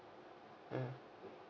um